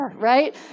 right